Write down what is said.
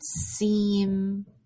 seem